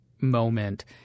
moment